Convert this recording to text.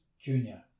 Junior